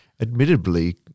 admittedly